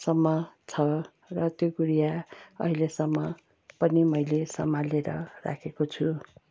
सम्म छ र त्यो गुडिया अहिलेसम्म पनि मैले सम्हालेर राखेको छु